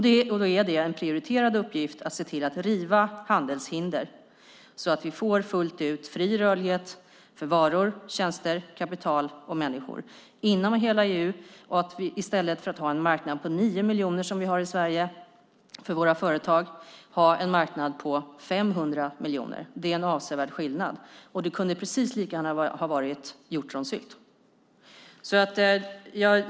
Då är det en prioriterad uppgift att se till att riva handelshinder så att vi fullt ut får fri rörlighet för varor, tjänster, kapital och människor inom hela EU och att vi i stället för att ha en marknad på 9 miljoner för våra företag som vi har i Sverige får en marknad på 500 miljoner. Det är en avsevärd skillnad. Det kunde precis lika gärna ha handlat om hjortronsylt.